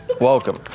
Welcome